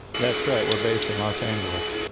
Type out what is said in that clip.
that's right, we're based in los angeles.